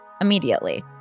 immediately